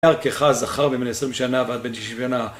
בערכך זכר מבן 20 שנה ועד בן 60 שנה